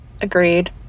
Agreed